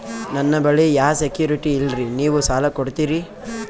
ನನ್ನ ಬಳಿ ಯಾ ಸೆಕ್ಯುರಿಟಿ ಇಲ್ರಿ ನೀವು ಸಾಲ ಕೊಡ್ತೀರಿ?